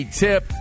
tip